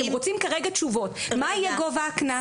אתם רוצים כרגע תשובות מה יהיה גובה הקנס.